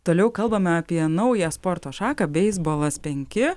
toliau kalbame apie naują sporto šaką beisbolas penki